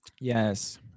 Yes